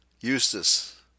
Eustace